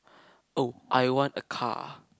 oh I want a car